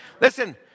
Listen